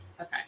Okay